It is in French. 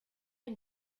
une